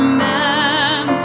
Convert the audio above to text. man